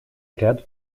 ряду